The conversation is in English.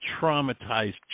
traumatized